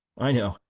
i know,